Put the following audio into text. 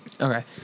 Okay